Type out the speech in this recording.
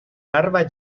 larva